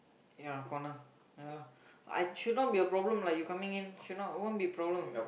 ya corner ya lah I should not be a problem lah you coming in should not won't be problem